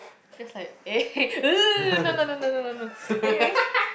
just like [ehe] !er! no no no no no no no anyways